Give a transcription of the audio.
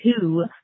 two